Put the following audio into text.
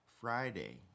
Friday